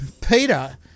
Peter